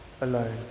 alone